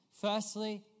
Firstly